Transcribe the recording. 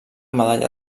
medalla